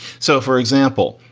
so, for example,